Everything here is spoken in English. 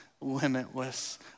limitless